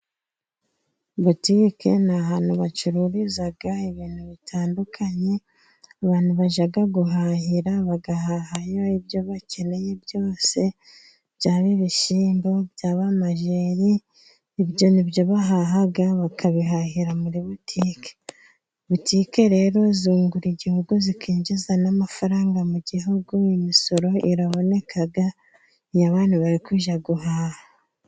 Butike ni ahantu bacururiza ibintu bitandukanye abantu bajya guhahira, bagahahayo ibyo bakeneye byose byaba ibishyimbo, byaba amajeri, ibyo ni byo bahaha bakabihahira muri butike. Butike rero zungura igihugu zikinjiza n'amafaranga mu gihugu, imisoro iraboneka iyo abantu bari kujya guhaha.